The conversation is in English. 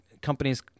companies